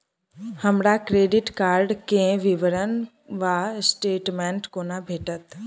हमरा credit card केँ विवरण वा स्टेटमेंट कोना भेटत?